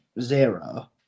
zero